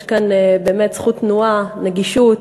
יש כאן באמת זכות תנועה, נגישות.